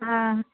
आं